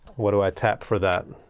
what do i tap for that?